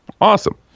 awesome